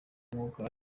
umwuka